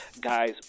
Guys